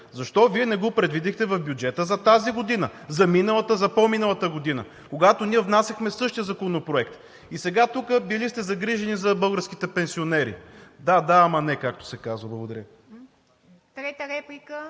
Защо Вие не го предвидихте в бюджета за тази година, за миналата, за по-миналата година, когато ние внасяхме същия законопроект? И сега тук сте били загрижени за българските пенсионери!? Да, да, ама не, както се казва. Благодаря.